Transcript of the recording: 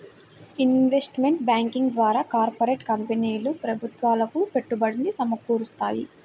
investment banking ద్వారా corporate కంపెనీలు ప్రభుత్వాలకు పెట్టుబడి సమకూరుత్తాయి